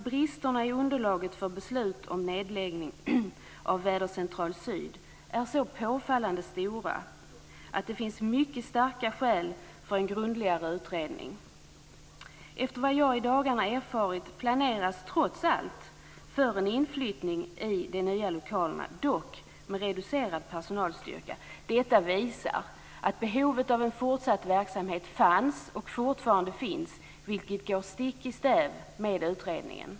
Bristerna i underlaget för beslut om nedläggning av Vädercentral syd är så påfallande stora att det finns mycket starka skäl för en grundligare utredning. Efter vad jag i dagarna erfarit, planeras det trots allt för en inflyttning i de nya lokalerna, dock med reducerad personalstyrka. Detta visar att behovet av en fortsatt verksamhet fanns och fortfarande finns. Det går stick i stäv med utredningen.